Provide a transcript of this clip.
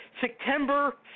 September